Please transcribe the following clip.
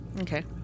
Okay